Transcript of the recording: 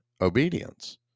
obedience